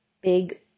big